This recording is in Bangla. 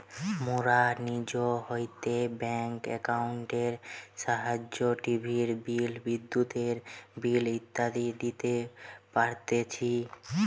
মোরা নিজ হইতে ব্যাঙ্ক একাউন্টের সাহায্যে টিভির বিল, বিদ্যুতের বিল ইত্যাদি দিতে পারতেছি